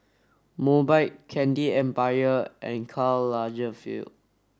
Mobike Candy Empire and Karl Lagerfeld